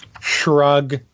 Shrug